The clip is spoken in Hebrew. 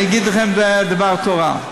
אני אגיד לכם דבר תורה.